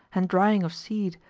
and drying of seed,